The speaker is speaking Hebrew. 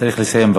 צריך לסיים.